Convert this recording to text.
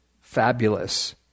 fabulous